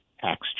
tax